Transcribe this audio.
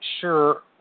sure